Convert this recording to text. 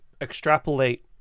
extrapolate